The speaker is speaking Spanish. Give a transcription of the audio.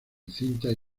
cintas